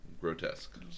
Grotesque